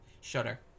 shutter